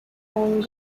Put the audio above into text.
huang